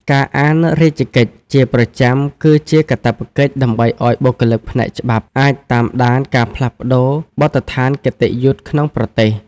ការអាន "រាជកិច្ច" ជាប្រចាំគឺជាកាតព្វកិច្ចដើម្បីឱ្យបុគ្គលិកផ្នែកច្បាប់អាចតាមដានការផ្លាស់ប្តូរបទដ្ឋានគតិយុត្តិក្នុងប្រទេស។